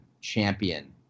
champion